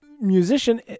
musician